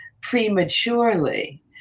prematurely